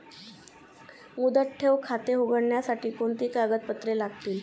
मुदत ठेव खाते उघडण्यासाठी कोणती कागदपत्रे लागतील?